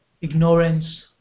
ignorance